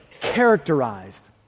characterized